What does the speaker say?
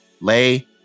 Lay